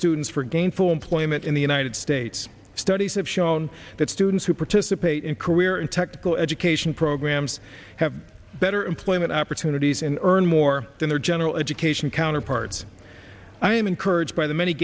students for gainful employment in the united states studies have shown that students who participate in career and technical education programs have better employment opportunities and earn more than their general education counterparts i am encouraged by the many